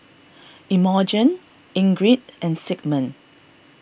Imogene Ingrid and Sigmund